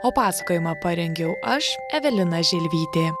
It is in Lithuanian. o pasakojimą parengiau aš evelina želvytė